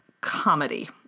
comedy